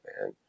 man